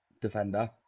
defender